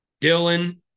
Dylan